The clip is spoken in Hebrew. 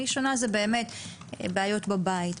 הראשונה זה באמת בעיות בבית,